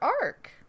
arc